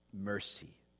mercy